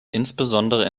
insbesondere